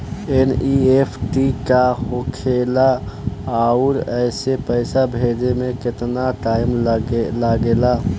NEFT का होखे ला आउर एसे पैसा भेजे मे केतना टाइम लागेला?